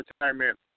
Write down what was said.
retirement